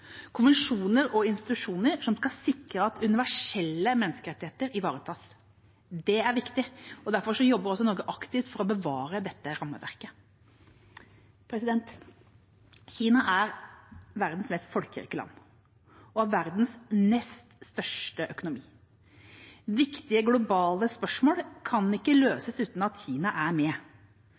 konvensjoner og institusjoner som skal sikre at universelle menneskerettigheter ivaretas. Det er viktig, og derfor jobber Norge også aktivt for å bevare dette rammeverket. Kina er verdens mest folkerike land og verdens nest største økonomi. Viktige globale spørsmål kan ikke løses uten at Kina er med.